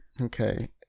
okay